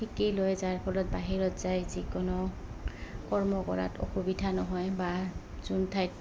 শিকি লয় যাৰ ফলত বাহিৰত যায় যিকোনো কৰ্ম কৰাত অসুবিধা নহয় বা যোন ঠাইত